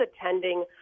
attending